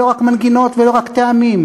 ולא רק מנגינות ולא רק טעמים.